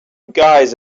guys